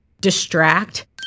distract